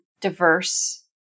diverse